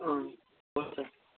अँ हुन्छ